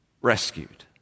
rescued